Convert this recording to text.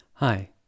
Hi